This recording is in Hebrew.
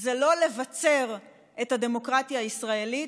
זה לא לבצר את הדמוקרטיה הישראלית,